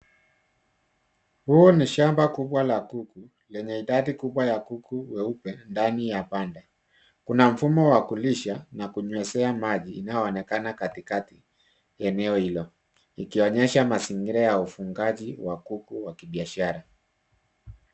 Huu ni shamba kubwa la kuku lenye idadi kubwa ya kuku weupe ndani ya panda. Kuna mfumo wa kulisha na kunyweshea maji inayoonekana katikati. Eneo hilo ikionyesha mazingira ya ufungaji wa kuku wa kibiashara.